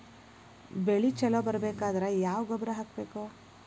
ಬೆಳಿ ಛಲೋ ಬರಬೇಕಾದರ ಯಾವ ಗೊಬ್ಬರ ಹಾಕಬೇಕು?